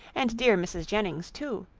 and dear mrs. jennings too,